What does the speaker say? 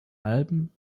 alben